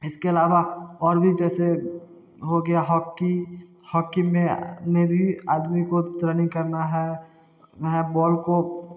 इसके आवला और भी जैसे हो गया हॉकी हॉकी में में भी आदमी को रनिंग करना है है बॉल को